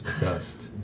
dust